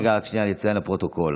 רגע, אני אציין לפרוטוקול: